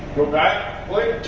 go back blake.